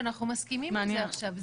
ואנחנו מסכימים לזה עכשיו.